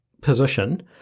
position